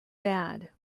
bad